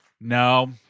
no